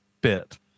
bit